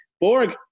Borg